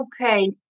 okay